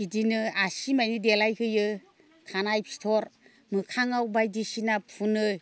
बिदिनो आसि मानि देलाइ होयो खानाइ फिथर मोखाङाव बायदिसिना फुनो